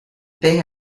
they